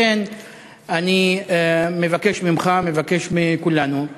לכן אני מבקש ממך, מבקש מכולנו,